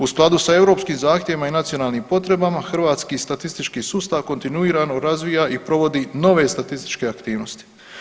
U skladu sa europskim zahtjevima i nacionalnim potrebama hrvatski statistički sustav kontinuirano razvija i provodi nove statističke aktivnosti.